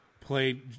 played